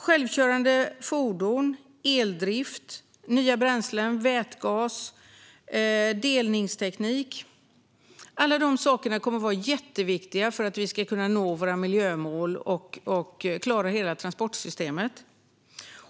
Självkörande fordon, eldrift, nya bränslen, vätgas, delningsteknik - allt detta kommer att vara jätteviktigt för att vi ska kunna nå våra miljömål och klara alla transporter.